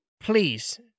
please